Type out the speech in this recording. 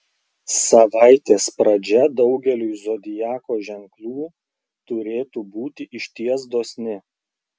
savaitės pradžia daugeliui zodiako ženklų turėtų būti išties dosni